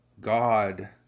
God